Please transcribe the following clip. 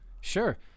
Sure